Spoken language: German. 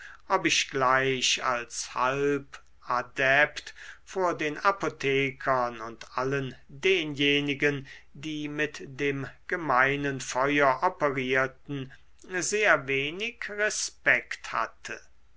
ob ich gleich als halbadept vor den apothekern und allen denjenigen die mit dem gemeinen feuer operierten sehr wenig respekt hatte